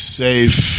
safe